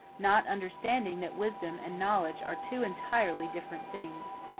not understanding that wisdom and knowledge are two entirely different things.